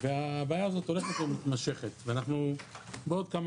והבעיה הזאת הולכת ומתמשכת ובעוד כמה